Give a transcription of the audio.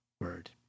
word